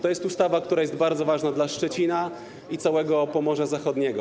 To jest ustawa, która jest bardzo ważna dla Szczecina i całego Pomorza Zachodniego.